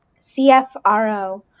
CFRO